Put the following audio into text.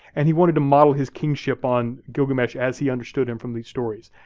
and he wanted to model his kingship on gilgamesh as he understood him from these stories.